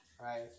right